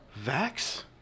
Vax